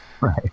Right